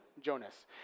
Jonas